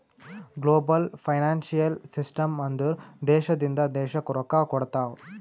global financial system ಅಂದುರ್ ದೇಶದಿಂದ್ ದೇಶಕ್ಕ್ ರೊಕ್ಕಾ ಕೊಡ್ತಾವ್